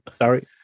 Sorry